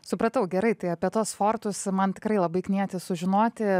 supratau gerai tai apie tuos fortus man tikrai labai knieti sužinoti